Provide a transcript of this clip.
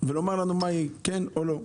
ולומר לנו מהי, כן או לא,